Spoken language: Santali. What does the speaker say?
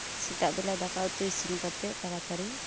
ᱥᱮᱛᱟᱜ ᱵᱮᱞᱟ ᱫᱟᱠᱟ ᱩᱛᱩᱤᱥᱤᱱ ᱠᱟᱛᱮᱫ ᱛᱟᱲᱟᱛᱟᱲᱤ